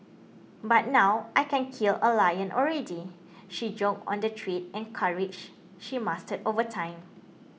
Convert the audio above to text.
but now I can kill a lion already she joked on the trade and courage she mastered over time